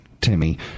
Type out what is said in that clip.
Timmy